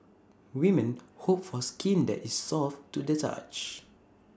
women hope for skin that is soft to the touch